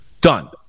Done